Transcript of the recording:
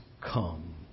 come